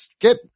Get